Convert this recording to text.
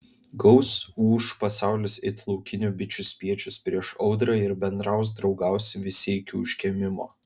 gaus ūš pasaulis it laukinių bičių spiečius prieš audrą ir bendraus draugaus visi iki užkimimo